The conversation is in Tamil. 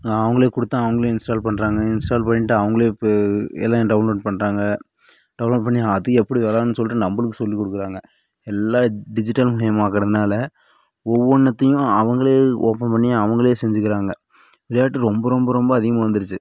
அவங்களே கொடுத்தா அவங்களே இன்ஸ்டால் பண்ணுறாங்க இன்ஸ்டால் பண்ணிட்டு அவங்களே பெ எல்லா டௌன்லோட் பண்ணுறாங்க டௌன்லோட் பண்ணி அது எப்படி விளாடுனுன் சொல்லிட்டு நம்மளுக்கு சொல்லிக் கொடுக்குறாங்க எல்லா டிஜிட்டல் கேம் ஆகுறனால ஒவ்வொன்னுத்தயும் அவங்களே ஓபன் பண்ணி அவங்களே செஞ்சிக்கிறாங்கள் விளையாட்டு ரொம்ப ரொம்ப ரொம்ப அதிகமாக வந்துடுச்சு